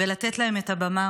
ולתת להן את הבמה